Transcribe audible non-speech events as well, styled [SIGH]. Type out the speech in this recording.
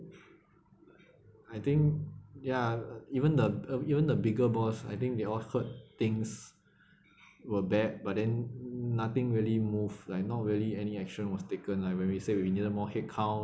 I think ya uh even the [NOISE] even the bigger boss I think they all heard things were bad but then nothing really move like not really any action was taken like when we say we needed more headcount